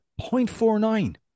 0.49